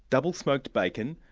double smoked bacon,